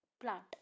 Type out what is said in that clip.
plant